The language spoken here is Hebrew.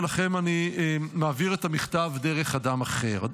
ולכן אני מעביר את המכתב דרך אדם אחר.